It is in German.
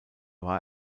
war